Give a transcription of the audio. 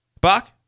Bach